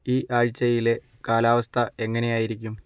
ഈ ആഴ്ചയിലെ കാലാവസ്ഥ എങ്ങനെ ആയിരിക്കും